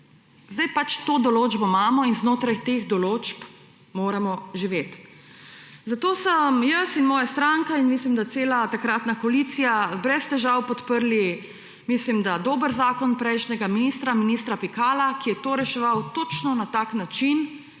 Zdaj pač to določbo imamo in znotraj teh določb moramo živeti. Zato sem jaz in moja stranka in, mislim da, cela takratna koalicija brez težav podprli, mislim da, dober zakon prejšnjega ministra, ministra Pikala, ki je to reševal točno na tak način,